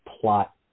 plot